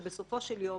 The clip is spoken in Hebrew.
בסופו של יום